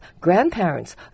grandparents